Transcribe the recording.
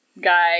guy